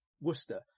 worcester